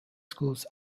schools